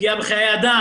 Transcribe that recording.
הפגיעה בחיי אדם,